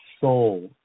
soul